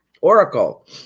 Oracle